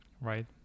right